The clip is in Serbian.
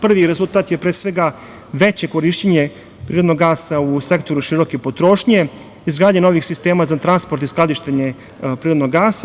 Prvi rezultat je pre svega veće korišćenje prirodnog gasa u sektoru široke potrošnje, izgradnje novih sistema za transport i skladištenje prirodnog gasa.